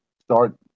start